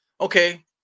Okay